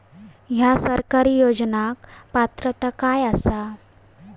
हया सरकारी योजनाक पात्रता काय आसा?